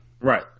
Right